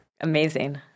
Amazing